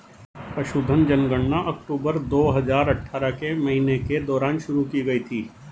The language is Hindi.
पशुधन जनगणना अक्टूबर दो हजार अठारह के महीने के दौरान शुरू की गई थी